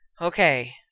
Okay